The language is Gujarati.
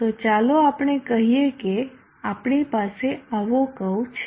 તો ચાલો આપણે કહીએ કે આપણી પાસે આવો કર્વ છે